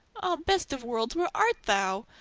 ah, best of worlds, where art thou?